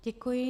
Děkuji.